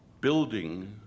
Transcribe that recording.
building